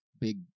big